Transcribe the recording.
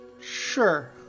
Sure